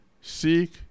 seek